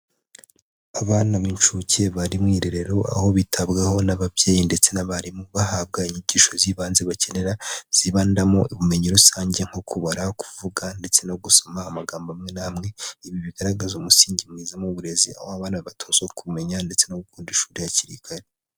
Abana b'inshuke bari mu irerero aho bitabwaho n'ababyeyi ndetse n'abarimu, bahabwa inyigisho z'ibanze bakenera, zibandamo ubumenyi rusange nko kubara kuvuga ndetse no gusoma amagambo amwe n'amwe, ibi bigaragaza umusingi mwiza w'uburezi aho abana batozwa kumenya ndetse no gukunda ishuri hakiri kare.